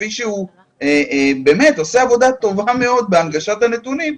כפי שהוא עושה עבודה טובה בהנגשת הנתונים,